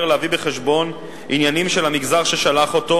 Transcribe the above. להביא בחשבון עניינים של המגזר ששלח אותו,